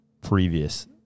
previous